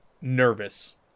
nervous